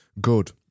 good